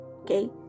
okay